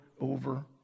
over